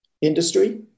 industry